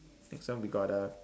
next one we got uh